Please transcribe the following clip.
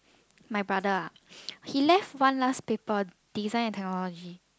my brother ah he left one last paper design and technology